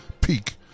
peak